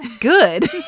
good